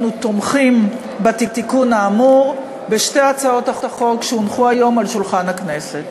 אנחנו תומכים בתיקון האמור בשתי הצעות החוק שהונחו היום על שולחן הכנסת.